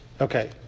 Okay